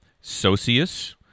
socius